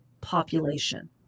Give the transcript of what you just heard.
population